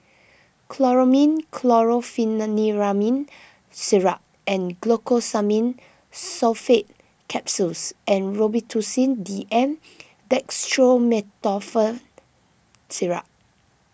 Chlormine Chlorpheniramine Syrup and Glucosamine Sulfate Capsules and Robitussin D M Dextromethorphan Syrup